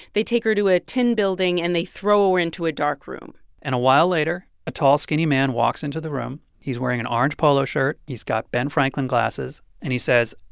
they take her to a tin building, and they throw her into a dark room and a while later, a tall skinny man walks into the room. he's wearing an orange polo shirt. he's got ben franklin glasses. and he says,